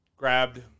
Grabbed